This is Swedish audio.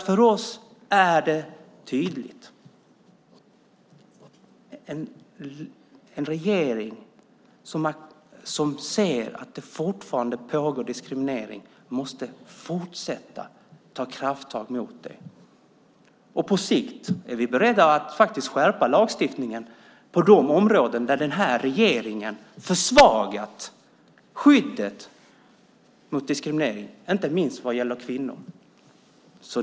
För oss är det tydligt att en regering som ser att det fortfarande pågår diskriminering måste fortsätta att ta krafttag mot den. På sikt är vi beredda att skärpa lagstiftningen på de områden där den här regeringen försvagat skyddet mot diskriminering, inte minst vad gäller kvinnor.